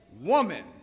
woman